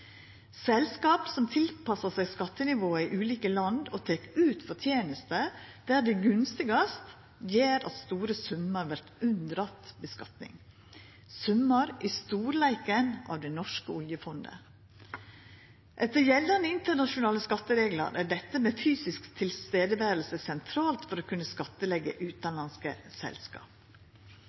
tilpassar seg skattenivået i ulike land og tek ut forteneste der det er mest gunstig, gjer at store summar vert unndratt skatt, summar like store som det norske oljefondet. Etter gjeldande internasjonale skattereglar er fysisk nærvær sentralt for å kunna skattleggja utanlandske selskap.